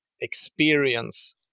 experience